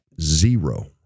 zero